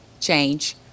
Change